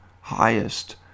highest